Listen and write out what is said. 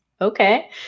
Okay